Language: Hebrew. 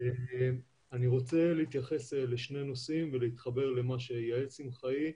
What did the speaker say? אני רוצה להתייחס לשני נושאים ולהתחבר למה שיעל שמחאי,